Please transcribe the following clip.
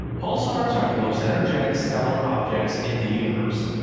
pulsars are the most energetic stellar objects in the universe.